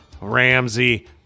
Ramsey